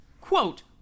quote